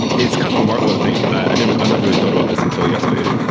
it's kind of remarkable to think. i've i've never really thought about this until yesterday.